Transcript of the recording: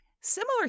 Similar